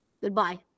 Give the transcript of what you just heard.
goodbye